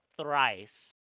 thrice